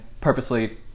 purposely